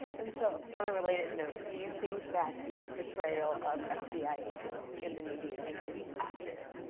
and so, on a related note, do you think that the portrayal of ah fbi agents in the media is accurate?